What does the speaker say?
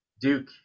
Duke